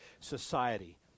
society